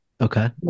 Okay